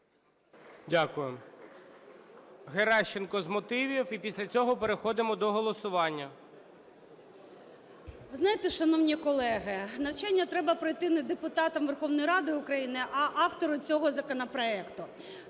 Дякую. Геращенко – з мотивів, і після цього переходимо до голосування.